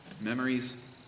Memories